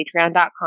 patreon.com